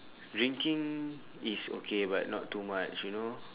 drinking is okay but not too much you know